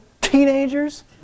teenagers